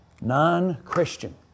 non-Christian